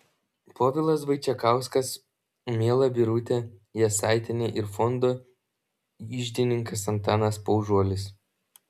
povilas vaičekauskas miela birutė jasaitienė ir fondo iždininkas antanas paužuolis